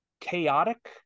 chaotic